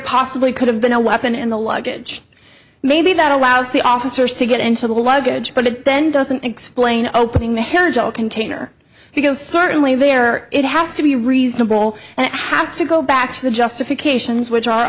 possibly could have been a weapon in the luggage maybe that allows the officers to get into the luggage but it then doesn't explain opening the handle container because certainly there it has to be reasonable and it has to go back to the justifications which are